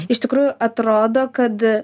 iš tikrųjų atrodo kad